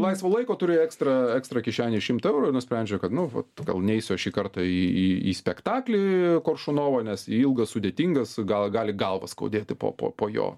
laisvo laiko turi ekstra ekstra kišenėj šimtą eurų ir nusprendžiau kad nu va gal neisiu aš šį kartą į į į spektaklį koršunovo nes ilgas sudėtingas gal gali galvą skaudėti po po po jo